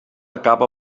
acaba